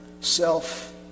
self